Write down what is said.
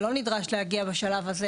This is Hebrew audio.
זה לא נדרש להגיע לוועדה בשלב הזה,